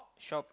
shop